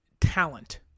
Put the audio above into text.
talent